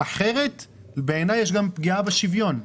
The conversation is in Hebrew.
אחרת בעיניי יש גם פגיעה בשוויון.